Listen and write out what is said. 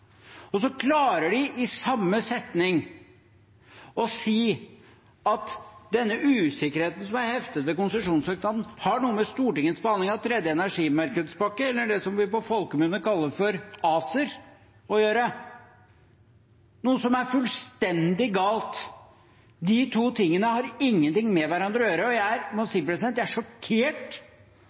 klarer i samme setning å si at denne usikkerheten som har heftet ved konsesjonssøknaden, har noe å gjøre med Stortingets behandling av tredje energimarkedspakke, eller det som vi på folkemunne kaller for ACER, noe som er fullstendig galt. De to tingene har ingenting med hverandre å gjøre, og jeg må si at jeg er sjokkert